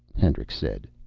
hendricks said.